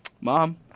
Mom